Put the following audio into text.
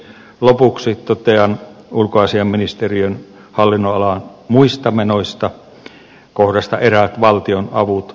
lopuksi totean ulkoasiainministeriön hallinnonalan muista menoista kohdasta eräät valtionavut